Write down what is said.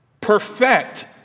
perfect